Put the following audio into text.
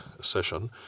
session